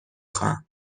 خواهم